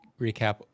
recap